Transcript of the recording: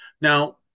Now